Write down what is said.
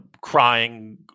crying